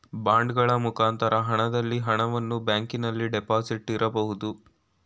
ಬಾಂಡಗಳ ಮುಖಾಂತರ ಹಣದಲ್ಲಿ ಹಣವನ್ನು ಬ್ಯಾಂಕಿನಲ್ಲಿ ಡೆಪಾಸಿಟ್ ಇರಬಹುದು